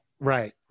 Right